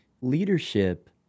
leadership